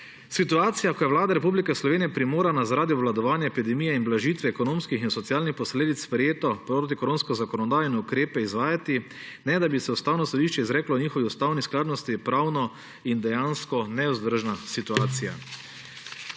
Situacija, ko je Vlada Republike Slovenije primorana zaradi obvladovanja epidemije in blažitve ekonomskih in socialnih posledic sprejeto protikoronsko zakonodajo in ukrepe izvajati, ne da bi se Ustavno sodišče izreklo o njihovi ustavni skladnosti, je pravno in dejansko nevzdržna situacija.